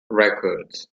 records